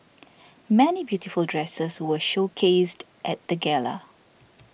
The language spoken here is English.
many beautiful dresses were showcased at the gala